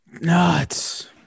Nuts